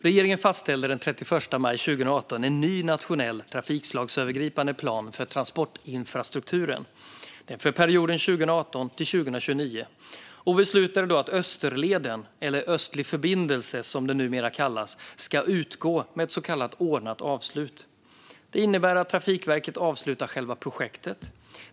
Regeringen fastställde den 31 maj 2018 en ny nationell trafikslagsövergripande plan för transportinfrastrukturen för perioden 2018-2029 och beslutade då att Österleden, eller Östlig förbindelse som den numera kallas, ska utgå med ett så kallat ordnat avslut. Det innebär att Trafikverket avslutar själva projektet.